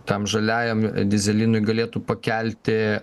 tam žaliajam dyzelinui galėtų pakelti